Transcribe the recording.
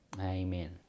amen